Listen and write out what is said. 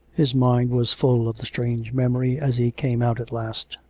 his mind was full of the strange memory as he came out at last,